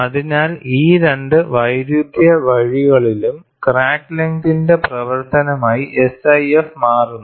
അതിനാൽ ഈ രണ്ട് വൈരുദ്ധ്യ വഴികളിലും ക്രാക്ക് ലെങ്തിന്റെ പ്രവർത്തനമായി SIF മാറുന്നു